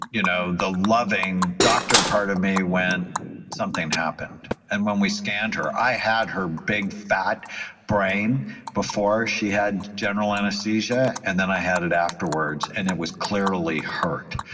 you know the loving doctor part of me when something happened, and when we scanned her, i had her big fat brain before she had general anesthesia. and then, i had it afterwards. and it was clearly hurt.